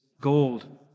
gold